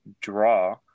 draw